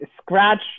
scratch